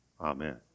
Amen